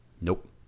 Nope